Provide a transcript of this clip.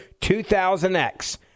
2000X